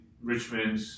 Richmond